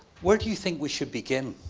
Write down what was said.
where do you think we should begin?